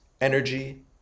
energy